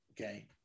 Okay